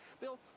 Bill